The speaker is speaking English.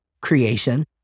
creation